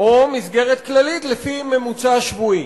או מסגרת כללית לפי ממוצע שבועי.